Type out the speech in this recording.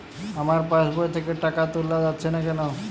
আমার পাসবই থেকে টাকা তোলা যাচ্ছে না কেনো?